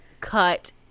cut